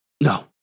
No